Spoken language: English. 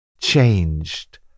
Changed